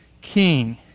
king